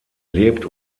lebt